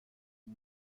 اون